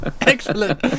Excellent